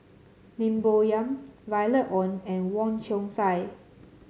Lim Bo Yam Violet Oon and Wong Chong Sai